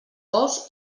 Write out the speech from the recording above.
bous